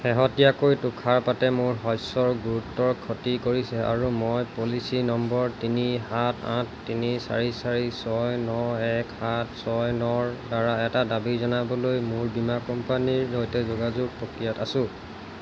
শেহতীয়াকৈ তুষাৰপাতে মোৰ শস্যৰ গুৰুতৰ ক্ষতি কৰিছে আৰু মই পলিচী নম্বৰ তিনি সাত আঠ তিনি চাৰি চাৰি ছয় ন এক সাত ছয় ন ৰদ্বাৰা এটা দাবী জনাবলৈ মোৰ বীমা কোম্পানীৰ সৈতে যোগাযোগ প্ৰক্ৰিয়াত আছো